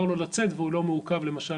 מותר לו לצאת והוא לא מעוכב למשל,